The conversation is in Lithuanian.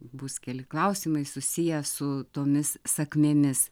bus keli klausimai susiję su tomis sakmėmis